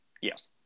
Yes